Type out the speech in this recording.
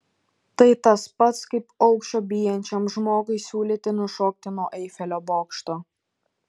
tai tas pats kaip aukščio bijančiam žmogui siūlyti nušokti nuo eifelio bokšto